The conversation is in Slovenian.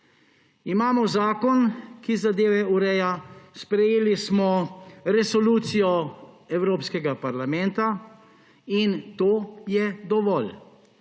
Imamo zakon, ki zadeve ureja, sprejeli smo resolucijo Evropskega parlamenta in to je dovolj.